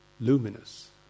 Luminous